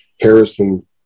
harrison